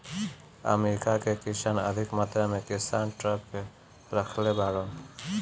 America कअ किसान अधिका मात्रा में किसानी ट्रक रखले बाड़न